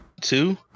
two